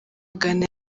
ghana